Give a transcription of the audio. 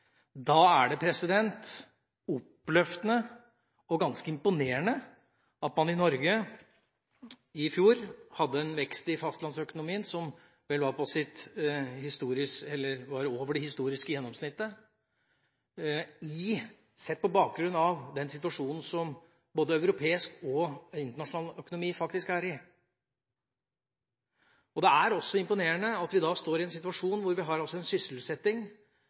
Da er det oppløftende og ganske imponerende at man i Norge i fjor hadde en vekst i fastlandsøkonomien som vel var over det historiske gjennomsnittet, sett på bakgrunn av den situasjonen som både europeisk og internasjonal økonomi for øvrig er i. Det er også imponerende at vi da står i en situasjon hvor vi har en så høy sysselsetting